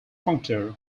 functor